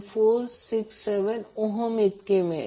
467 ohm मिळेल